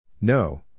No